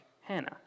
Hannah